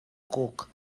cuc